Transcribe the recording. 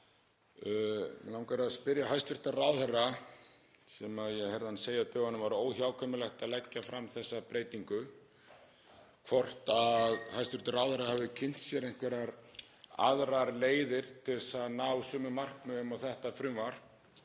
Mig langar að spyrja hæstv. ráðherra, sem ég heyrði segja á dögunum að óhjákvæmilegt væri að leggja fram þessa breytingu, hvort hæstv. ráðherra hafi kynnt sér einhverjar aðrar leiðir til að ná sömu markmiðum og þetta frumvarp